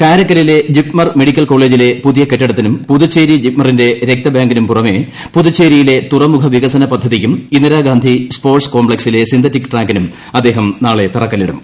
കാരക്കലിലെ JIPMER medical കോളേജിലെ പുതിയ കെട്ടിടത്തിനും പുതുച്ചേരി ജിപ്മറിന്റെ രക്ത ബാങ്കിനും പുറമേ പുതുച്ചേരിയിലെ തുറമുഖ വികസന പദ്ധതിയ്ക്കും ഇന്ദിര ഗാന്ധി സ്പോർട്സ് കോംപ്ലക്സിലെ സിന്തറ്റിക് ട്രാക്കിനും അദ്ദേഹം നാളെ തറക്കല്ലിടും